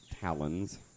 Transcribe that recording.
talons